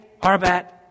arbat